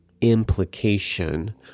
implication